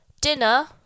dinner